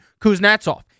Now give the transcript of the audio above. Kuznetsov